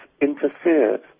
interfered